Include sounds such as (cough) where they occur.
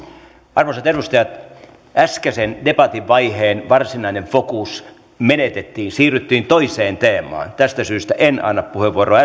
arvoisat edustajat äskeisen debatin vaiheen varsinainen fokus menetettiin siirryttiin toiseen teemaan tästä syystä en anna puheenvuoroa (unintelligible)